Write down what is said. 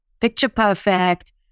picture-perfect